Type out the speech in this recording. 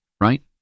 right